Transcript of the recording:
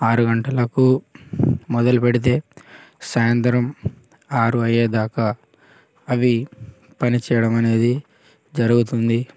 ఆరు గంటలకు మొదలుపెడితే సాయంత్రం ఆరు అయ్యేదాకా అవి పనిచేయడం అనేది జరుగుతుంది